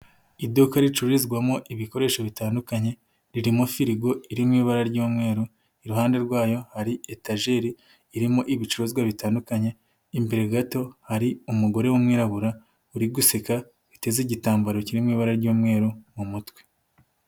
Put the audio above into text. Iduka ricururizwamo ibikoresho bitandukanye ririmo firigo iririmo ibara ry'umweru iruhande rwayo hari etageri irimo ibicuruzwa bitandukanye imbere gato hari umugore w'umwirabura uri guseka witeze igitambaro kiri mu ibara ry'umweru mu mutwe.